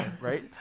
Right